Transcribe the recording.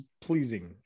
pleasing